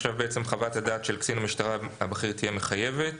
עכשיו בעצם חוות הדעת של קצין המשטרה הבכיר תהיה מחייבת.